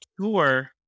tour